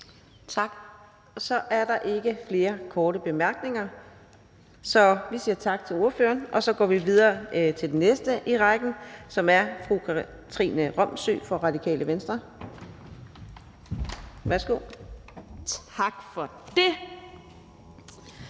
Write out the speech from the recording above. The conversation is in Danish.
Tak. Der er ikke flere korte bemærkninger, så vi siger tak til ordføreren. Og så går vi videre til den næste i rækken, som er fru Katrine Robsøe fra Radikale Venstre. Værsgo. Kl.